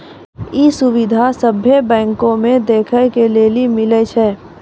इ सुविधा सभ्भे बैंको मे देखै के लेली मिलै छे